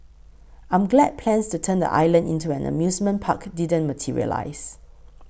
I'm glad plans to turn the island into an amusement park didn't materialise